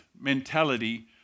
mentality